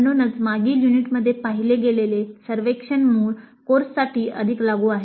म्हणूनच मागील युनिटमध्ये पाहिले गेलेले सर्वेक्षण मूळ कोर्ससाठी अधिक लागू आहे